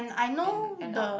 and and now